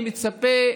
אני מצפה,